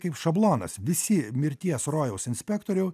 kaip šablonas visi mirties rojaus inspektorių